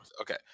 okay